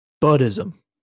Buddhism